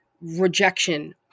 rejection